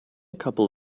couple